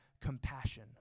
compassion